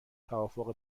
توافق